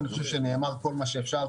אני חושב שנאמר כל מה שאפשר,